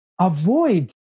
avoid